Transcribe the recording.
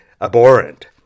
abhorrent